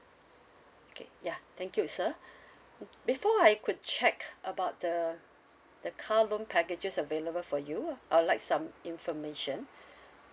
okay yeah thank you sir mm before I could check about the the car loan packages available for you I would like some information